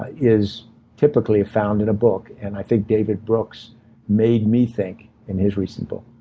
ah is typically found in a book. and i think david brookes made me think in his recent book.